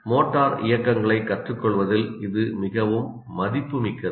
motor இயக்கங்களைக் கற்றுக்கொள்வதில் இது மிகவும் மதிப்புமிக்கது